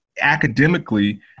Academically